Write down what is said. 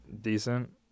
decent